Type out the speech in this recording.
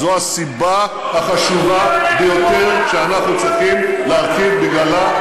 זו הסיבה החשובה ביותר שאנחנו צריכים בגללה,